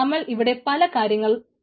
നമ്മൾ ഇവിടെ പല കാര്യങ്ങൾ നോക്കി